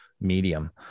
medium